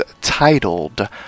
titled